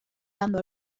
dando